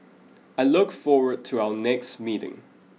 I look forward to our next meeting